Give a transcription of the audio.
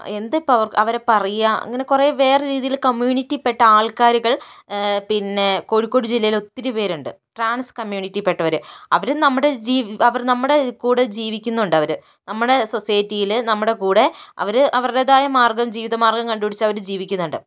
എന്താ ഇപ്പം അവര് അവരെ പറയുക അങ്ങനെ കുറേ വേറെ രീതിയില് കമ്യൂണിറ്റിയിൽപ്പെട്ട ആള്ക്കാരുകള് പിന്നേ കോഴിക്കോട് ജില്ലയില് ഒത്തിരി പേരുണ്ട് ട്രാന്സ് കമ്യൂണിറ്റിയിൽപ്പെട്ടവര് അവര് നമ്മുടെ അവര് നമ്മുടെ കൂടെ ജീവിക്കുന്നുണ്ട് അവര് നമ്മുടെ സൊസൈറ്റിയില് നമ്മുടെ കൂടെ അവര് അവരുടേതായ മാര്ഗ്ഗം ജീവിതമാര്ഗ്ഗം കണ്ടുപിടിച്ച് അവര് ജീവിക്കുന്നുണ്ട്